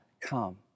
come